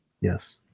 Yes